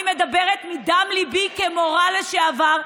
אני מדברת מדם ליבי כמורה לשעבר,